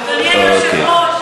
אדוני היושב-ראש,